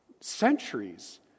centuries